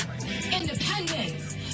independence